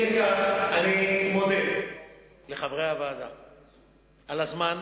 אני מודה לחברי הוועדה על הזמן,